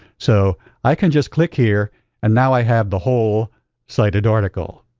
so i can just click here and now i have the whole cited article.